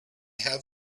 have